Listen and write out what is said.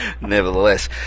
nevertheless